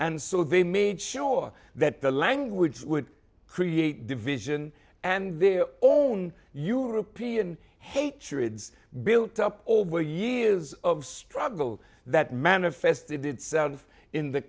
and so they made sure that the language would create division and their own european hatreds built up over years of struggle that manifested itself in the